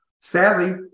sadly